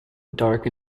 dark